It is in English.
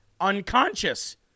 unconscious